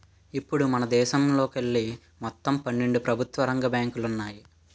ఇప్పుడు మనదేశంలోకెళ్ళి మొత్తం పన్నెండు ప్రభుత్వ రంగ బ్యాంకులు ఉన్నాయి